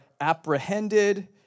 apprehended